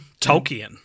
Tolkien